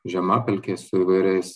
žemapelkės su įvairiais